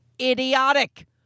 idiotic